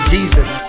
Jesus